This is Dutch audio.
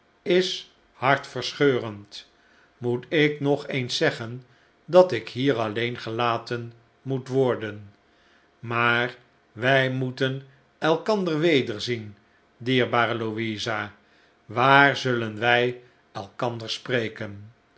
is hartverscheurend moet'ik nog eens zeggen dat ik hier alleen gelaten moet worden maar wij moeten elkander wederzien dierbare louisa waar zullen wij elkander spreken